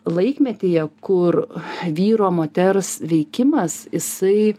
laikmetyje kur vyro moters veikimas jisai